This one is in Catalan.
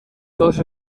tots